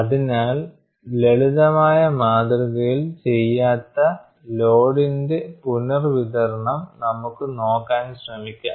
അതിനാൽ ലളിതമായ മാതൃകയിൽ ചെയ്യാത്ത ലോഡിന്റെ പുനർവിതരണം നമുക്ക് നോക്കാൻ ശ്രമിക്കാം